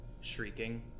shrieking